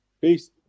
Peace